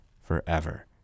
forever